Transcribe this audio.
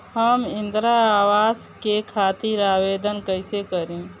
हम इंद्रा अवास के खातिर आवेदन कइसे करी?